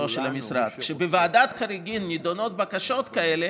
של המשרד שכשבוועדת חריגים נדונות בקשות כאלה,